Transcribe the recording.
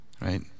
right